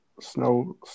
snow